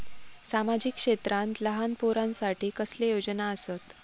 सामाजिक क्षेत्रांत लहान पोरानसाठी कसले योजना आसत?